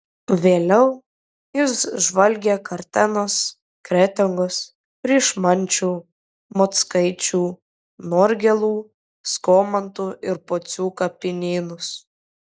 vėliau jis žvalgė kartenos kretingos pryšmančių mockaičių norgėlų skomantų ir pocių kapinynus